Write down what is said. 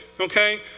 Okay